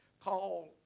call